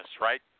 right